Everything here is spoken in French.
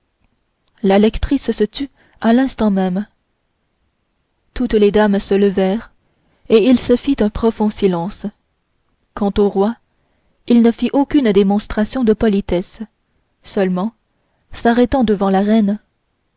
la lectrice se tut à l'instant même toutes les dames se levèrent et il se fit un profond silence quant au roi il ne fit aucune démonstration de politesse seulement s'arrêtant devant la reine